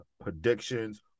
predictions